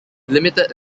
limited